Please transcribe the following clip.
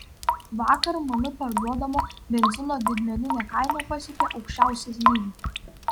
vakar mn parduodamo benzino didmeninė kaina pasiekė aukščiausią lygį